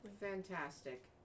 fantastic